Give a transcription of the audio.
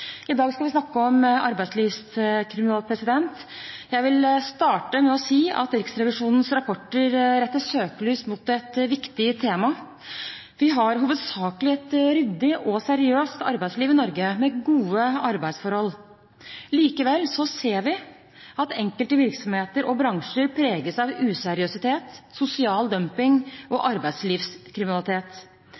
I dag skal vi snakke om arbeidslivskriminalitet. Jeg vil starte med å si at Riksrevisjonens rapporter retter søkelyset mot et viktig tema. Vi har hovedsakelig et ryddig og seriøst arbeidsliv i Norge med gode arbeidsforhold. Likevel ser vi at enkelte virksomheter og bransjer preges av useriøsitet, sosial dumping og arbeidslivskriminalitet.